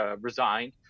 resigned